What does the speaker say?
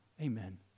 Amen